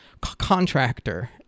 contractor